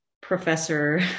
professor